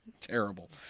Terrible